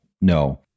no